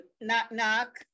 knock-knock